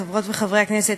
חברות וחברי הכנסת,